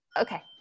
okay